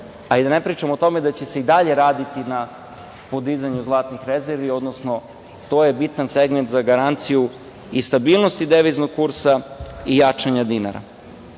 Da ne pričamo i tome da će se i dalje raditi na podizanju zlatnih rezervi, odnosno to je bitan segment za garanciju i stabilnost deviznog kursa i jačanja dinara. Čuli